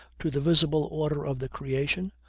to the visible order of the creation,